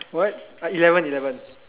what uh eleven eleven